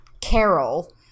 Carol